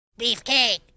Beefcake